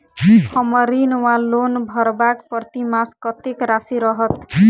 हम्मर ऋण वा लोन भरबाक प्रतिमास कत्तेक राशि रहत?